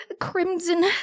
crimson